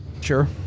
Sure